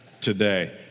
today